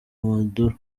maduro